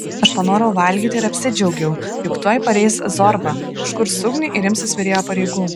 aš panorau valgyti ir apsidžiaugiau juk tuoj pareis zorba užkurs ugnį ir imsis virėjo pareigų